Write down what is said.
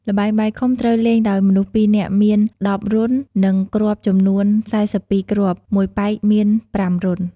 ល្បែងបាយខុំ ត្រូវលេងដោយមនុស្សពីរនាក់មាន១០រន្ធ និងគ្រាប់ចំនួន៤២គ្រាប់ មួយប៉ែកមាន៥រន្ធ។